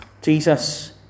Jesus